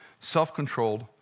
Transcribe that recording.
self-controlled